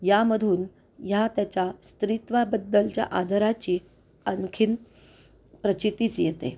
यामधून ह्या त्याच्या स्त्रीत्वाबद्दलच्या आदराची आणखीन प्रचितीच येते